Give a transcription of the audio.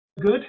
good